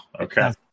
Okay